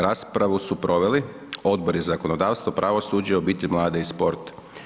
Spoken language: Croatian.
Raspravu su proveli Odbori za zakonodavstvo, pravosuđe, obitelj, mlade i sport.